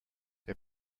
they